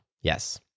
yes